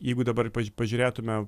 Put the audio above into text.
jeigu dabar pažiūrėtume